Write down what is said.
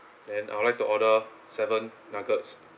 then I would like to order seven nuggets